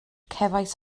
cefais